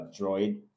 droid